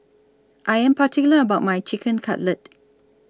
I Am particular about My Chicken Cutlet